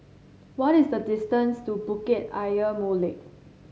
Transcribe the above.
what is the distance to Bukit Ayer Molek